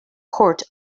court